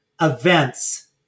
events